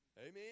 Amen